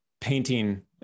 painting